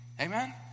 Amen